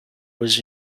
was